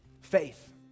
Faith